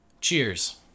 Cheers